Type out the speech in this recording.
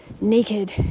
naked